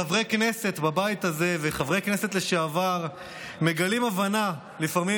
חברי כנסת בבית הזה וחברי כנסת לשעבר מגלים הבנה לפעמים,